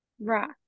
Right